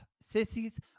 Sissies